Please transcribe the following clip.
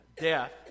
death